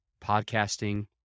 podcasting